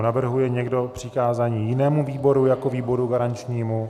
Navrhuje někdo přikázání jinému výboru jako výboru garančnímu?